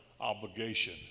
obligation